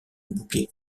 bouquet